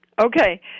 Okay